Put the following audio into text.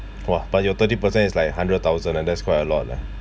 !wah! but your thirty percent is like a hundred thousand and that's quite a lot lah